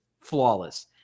flawless